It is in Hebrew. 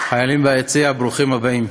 החיילים ביציע, ברוכים הבאים.